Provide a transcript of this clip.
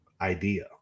idea